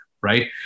right